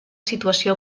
situació